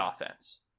offense